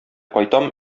кайтам